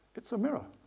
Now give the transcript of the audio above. it's a mirror,